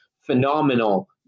phenomenal